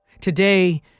Today